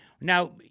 now